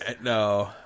No